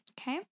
Okay